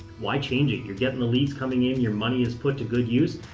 why change it? you're getting the leads coming in, your money is put to good use.